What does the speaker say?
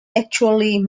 actually